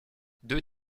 deux